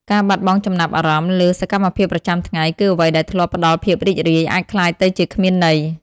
ការបាត់បង់ចំណាប់អារម្មណ៍លើសកម្មភាពប្រចាំថ្ងៃ គឺអ្វីដែលធ្លាប់ផ្តល់ភាពរីករាយ អាចក្លាយទៅជាគ្មានន័យ។